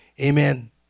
amen